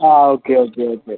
ആ okay okay okay